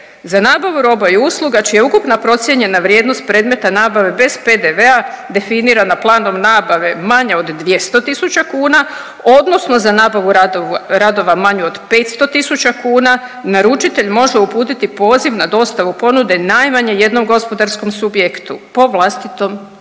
„Za nabavu roba i usluga čija je ukupna procijenjena vrijednost predmeta nabave bez PDV-a definirana planom nabave manje od 200.000 kuna odnosno za nabavu radova manje od 500.000 kuna naručitelj može uputiti poziv na dostavu ponude najmanje jednom gospodarskom subjektu po vlastitom